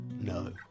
No